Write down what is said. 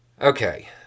Okay